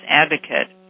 advocate